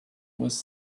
was